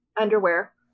underwear